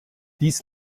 dies